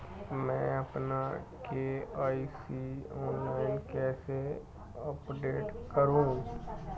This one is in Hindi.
मैं अपना के.वाई.सी ऑनलाइन कैसे अपडेट करूँ?